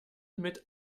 mit